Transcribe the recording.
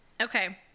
Okay